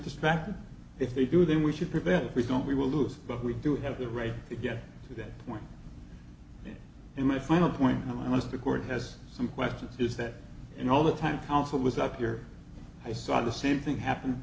distracted if they do then we should prevent if we don't we will lose but we do have the right to get to that point in my final point i want to the court has some questions is that in all the time counsel was up here i saw the same thing happen